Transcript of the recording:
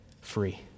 free